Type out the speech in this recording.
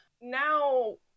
now